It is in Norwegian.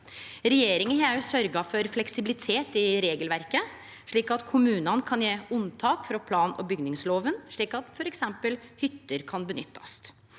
Regjeringa har sørgt for fleksibilitet i regelverket, slik at kommunane kan gje unntak frå plan- og bygningslova, slik at f.eks. hytter kan nyttast.